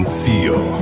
feel